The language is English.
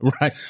right